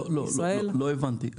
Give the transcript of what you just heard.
לא הבנתי,